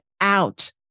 out